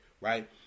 right